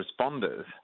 responders